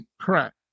correct